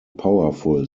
powerful